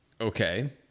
Okay